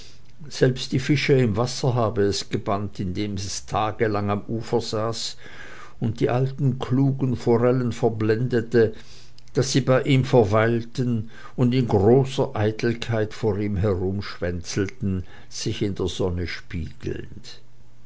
selbst die fische im wasser habe es gebannt indem es tagelang am ufer saß und die alten klugen forellen verblendete daß sie bei ihm verweilten und in großer eitelkeit vor ihm herumschwänzelten sich in der sonne spiegelnd